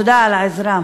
תודה על העזרה.